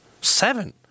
Seven